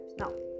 no